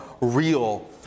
real